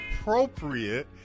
appropriate